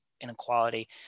inequality